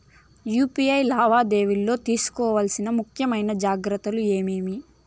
UPI లావాదేవీలలో తీసుకోవాల్సిన ముఖ్యమైన జాగ్రత్తలు ఏమేమీ?